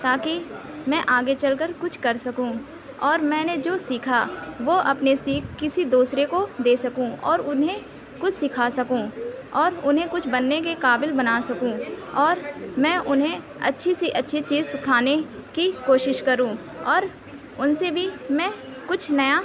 تاکہ میں آگے چل کر کچھ کر سکوں اور میں نے جو سیکھا وہ اپنی سیکھ کسی دوسرے کو دے سکوں اور اُنہیں کچھ سکھا سکوں اور اُنہیں کچھ بننے کے قابل بنا سکوں اور میں اُنہیں اچھی سے اچھی چیز سکھانے کی کوشش کروں اور اُن سے بھی میں کچھ نیا